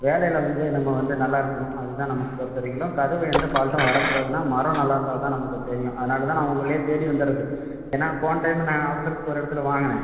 வேலையில் வந்து நம்ம வந்து நல்லாயிருக்கணும் அது தான் நமக்கு பொறுத்த வரைக்கிலும் கதவு எந்த ஃபால்ட்டும் வரக்கூடாதுனா மரம் நல்லாயிருந்தா தான் நமக்கு தெரியும் அதுனால் தான் நான் உங்களே தேடி வந்துடுறது ஏனால் போன டைம் நான் அவசரத்துக்கு ஒரு இடத்துல வாங்குனேன்